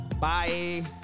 Bye